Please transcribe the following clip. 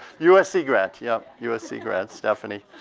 usc grad, yep, usc grad, stephanie.